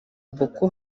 boko